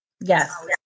Yes